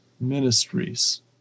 ministries